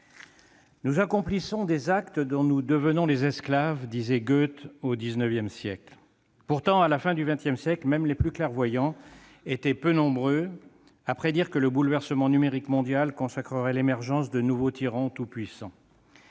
« Nous accomplissons des actes dont nous devenons les esclaves », disait Goethe au XIX siècle. Pourtant, à la fin du XX siècle, même les plus clairvoyants étaient peu nombreux à prédire que le bouleversement numérique mondial consacrerait l'émergence de nouveaux tyrans tout-puissants